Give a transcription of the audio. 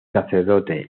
sacerdote